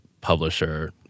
publisher